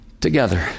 together